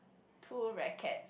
two rackets